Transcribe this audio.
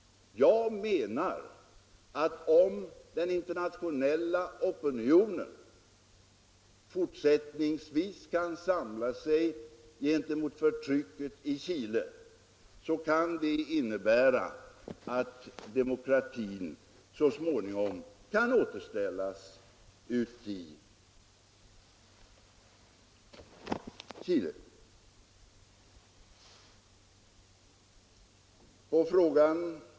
Jag anser att om den internationella opinionen fortsättningsvis kan samla sig gentemot förtrycket i Chile så kan kanske demokratin så småningom återställas i Chile.